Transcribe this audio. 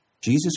Jesus